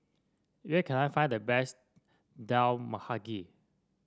where can I find the best Dal Mahagi